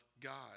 God